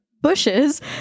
bushes